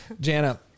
Jana